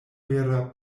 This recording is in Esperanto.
vera